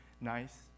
nice